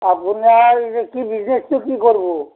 আপোনাৰ কি বিজনেছটো কি কৰিব